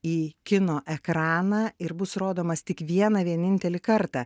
į kino ekraną ir bus rodomas tik vieną vienintelį kartą